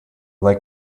like